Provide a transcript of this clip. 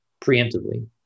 preemptively